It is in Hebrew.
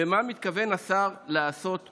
ומה מתכוון השר לעשות בנידון?